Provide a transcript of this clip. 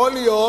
יכול להיות